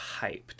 hyped